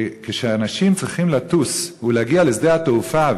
כשאנשים צריכים לטוס ולהגיע לשדה-התעופה,